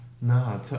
Nah